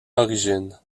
origines